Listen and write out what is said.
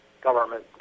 government